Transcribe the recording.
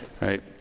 right